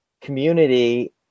community